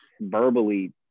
verbally